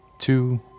Two